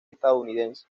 estadounidense